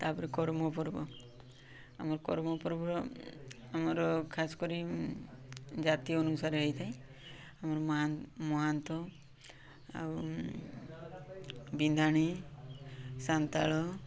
ତା'ପରେ କରମ୍ ପର୍ବ ଆମର କରମ୍ ପର୍ବର ଆମର ଖାସ୍ କରି ଜାତି ଅନୁସାରେ ହେଇଥାଏ ଆମର ମହା ମହାନ୍ତ ଆଉ ବିନ୍ଧାଣି ସାନ୍ତାଳ